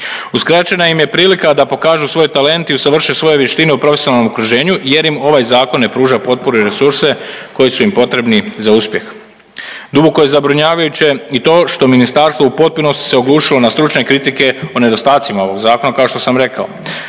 Uskraćena im je prilika da pokažu svoje talente i usavrše svoje vještine u profesionalnom okruženju jer im ovaj Zakon ne pruža potporu i resurse koji su im potrebni za uspjeh. Duboko je zabrinjavajuće i to što Ministarstvo u potpunosti se oglušilo na stručne kritike o nedostacima ovog Zakona, kao što sam rekao.